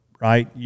right